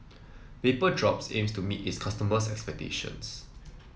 Vapodrops aims to meet its customers' expectations